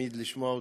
תמיד לשמוע אותך.